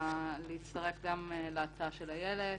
להצטרף גם להצעה של איילת